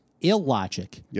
Illogic